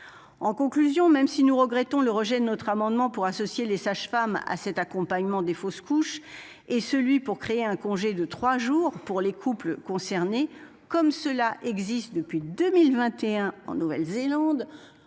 En conclusion, même si nous regrettons le rejet de notre amendement pour associer les sages-femmes à cet accompagnement des fausses couches et celui pour créer un congé de trois jours pour les couples concernés, comme cela existe depuis 2021 en Nouvelle-Zélande.